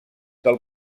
del